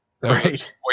right